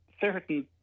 certain